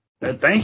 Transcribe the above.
thank